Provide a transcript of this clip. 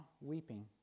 weeping